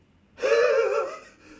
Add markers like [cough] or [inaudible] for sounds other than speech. [laughs]